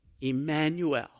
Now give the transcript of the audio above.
Emmanuel